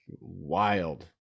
wild